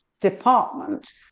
department